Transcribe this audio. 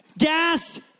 Gas